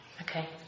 Okay